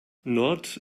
nord